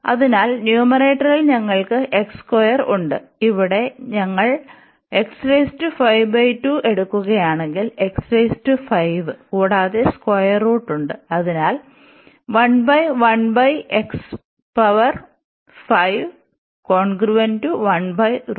അതിനാൽ ന്യൂമറേറ്ററിൽ ഞങ്ങൾക്ക് ഉണ്ട് ഇവിടെ നിങ്ങൾ എടുക്കുകയാണെങ്കിൽ കൂടാതെ സ്ക്വയർ റൂട്ട് ഉണ്ട് അതിനാൽ 11 x പവർ 5